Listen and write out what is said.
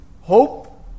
Hope